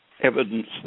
Evidence